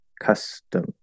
custom